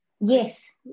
Yes